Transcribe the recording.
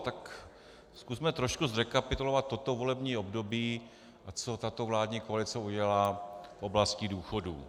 Tak zkusme trošku zrekapitulovat toto volební období, a co tato vládní koalice udělala v oblasti důchodů.